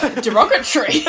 derogatory